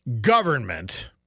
government